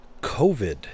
COVID